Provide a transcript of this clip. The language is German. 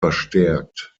verstärkt